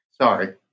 Sorry